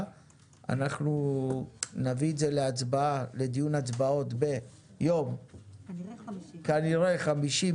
ואנחנו נביא את זה לדיון הצבעות ביום כנראה חמישי,